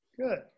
Good